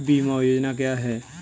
बीमा योजना क्या है?